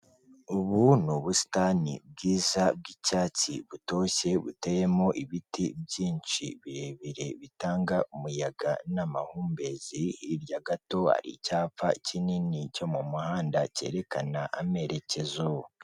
Ubu ni ubusitani bwiza bw'icyatsi, butoshye, buteyemo ibiti byinshi, birebire, bitanga umuyaga n'amahumbezi, hirya gato hari icyapa kinini cyo mu muhanda cyerekana amerekezo.